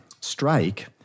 strike